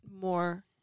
more